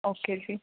okay ਜੀ